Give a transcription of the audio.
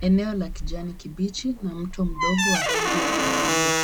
Eneo la kijani kibichi na mto mdogo wa rangi ya kahawia.